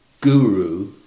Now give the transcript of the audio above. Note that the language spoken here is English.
guru